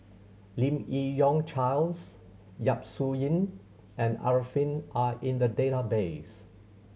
Lim Yi Yong Charles Yap Su Yin and Arifin are in the database